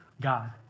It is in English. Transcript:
God